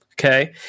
Okay